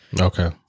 Okay